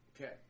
Okay